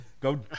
Go